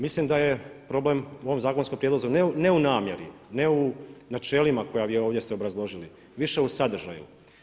Mislim da je problem u ovom zakonskom prijedlogu ne u namjeri, ne u načelima koja ste vi ovdje obrazložili, više u sadržaju.